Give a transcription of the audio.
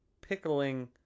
pickling